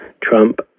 Trump